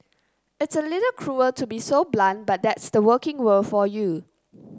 it's a little cruel to be so blunt but that's the working world for you